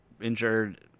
injured